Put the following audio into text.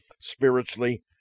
spiritually